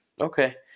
Okay